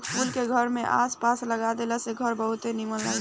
ए फूल के घर के आस पास लगा देला से घर बहुते निमन लागेला